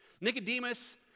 Nicodemus